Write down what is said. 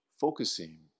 focusing